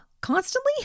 constantly